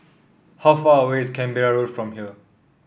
how far away is Canberra Road from here